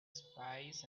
spies